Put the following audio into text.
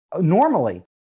Normally